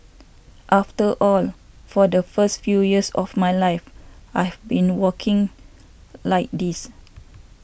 after all for the first few years of my life I have been walking like this